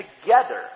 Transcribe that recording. together